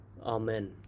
amen